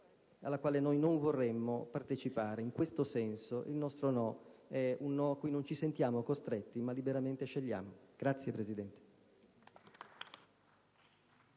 alla quale non vorremmo partecipare. In tal senso il nostro no è un no a cui non ci sentiamo costretti, ma che liberamente scegliamo. *(Applausi